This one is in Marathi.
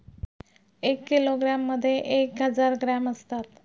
एक किलोग्रॅममध्ये एक हजार ग्रॅम असतात